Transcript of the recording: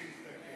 לא רוצים להזדקן.